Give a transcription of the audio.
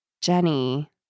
Jenny